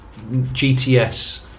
GTS